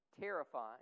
terrifying